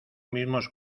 mismos